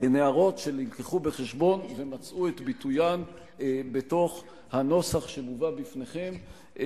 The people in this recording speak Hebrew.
הובאו בחשבון ומצאו את ביטוין בתוך הנוסח שמובא בפניכם,